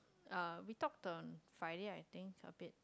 uh we talked on Friday I think a bit